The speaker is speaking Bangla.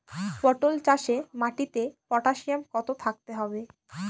পটল চাষে মাটিতে পটাশিয়াম কত থাকতে হবে?